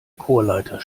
chorleiter